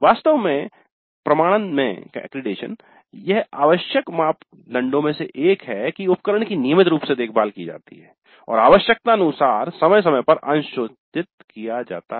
वास्तव में प्रमाणन में यह आवश्यक मानदंडों में से एक है कि उपकरण की नियमित रूप से देखभाल की जाती है और आवश्यकतानुसार समय समय पर अंशशोधित किया जाता है